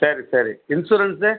சரி சரி இன்சூரன்ஸ்சு